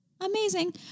amazing